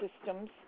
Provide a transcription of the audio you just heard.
systems